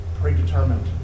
predetermined